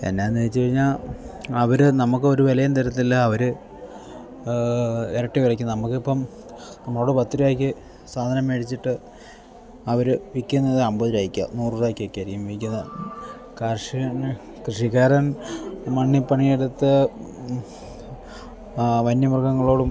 എന്താണെന്ന് വെച്ച് കഴിഞ്ഞാൽ അവർ നമുക്കൊരു വിലയും തരത്തില്ല അവർ ഇരട്ടി വിലയ്ക്ക് നമുക്കിപ്പം നമ്മളോട് പത്ത് രൂപയ്ക്ക് സാധനം വേടിച്ചിട്ട് അവർ വിൽക്കുന്നത് അമ്പത് രൂപയ്ക്കോ നൂറ് രൂപയ്ക്കോ ഒക്കെയായിരിക്കും വിൽക്കുന്നത് കർഷകൻ കൃഷിക്കാരൻ മണ്ണിൽ പണിയെടുത്ത് വന്യമൃഗങ്ങളോടും